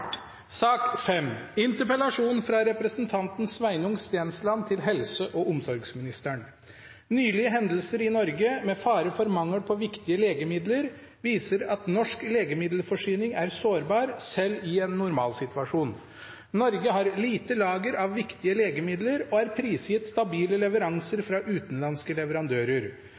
sak til debatt. Eg er litt overraska over kor tydeleg interpellanten er i interpellasjonsteksten, når han slår fast at «norsk legemiddelforsyning er sårbar, selv i en normalsituasjon». Han slår fast at «Norge har lite lager av viktige legemidler og er prisgitt stabile leveranser fra utenlandske leverandører».